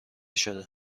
شده